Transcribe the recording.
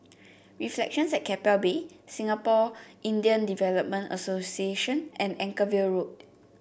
Reflections at Keppel Bay Singapore Indian Development Association and Anchorvale Road